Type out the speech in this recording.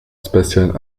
spatiale